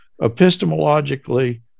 epistemologically